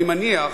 אני מניח